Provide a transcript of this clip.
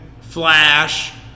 Flash